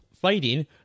fighting